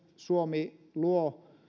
suomi luo